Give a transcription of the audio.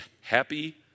happy